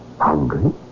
hungry